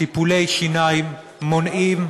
טיפולי שיניים מונעים,